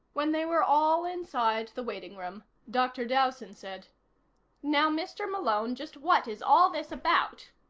when they were all inside the waiting room, dr. dowson said now, mr. malone, just what is all this about?